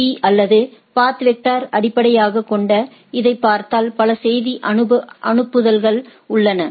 பீ அல்லது பாத் வெக்டரை அடிப்படையாகக் கொண்ட இதைப் பார்த்தால் பல செய்தி அனுப்புதல்கள் உள்ளன